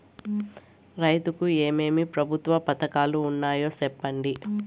రైతుకు ఏమేమి ప్రభుత్వ పథకాలు ఉన్నాయో సెప్పండి?